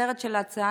הכותרת של ההצעה